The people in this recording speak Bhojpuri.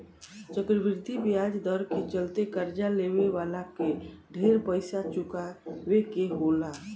चक्रवृद्धि ब्याज दर के चलते कर्जा लेवे वाला के ढेर पइसा चुकावे के होला